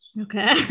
Okay